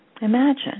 Imagine